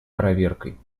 проверкой